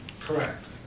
Correct